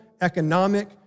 economic